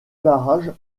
barrage